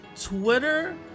Twitter